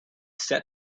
set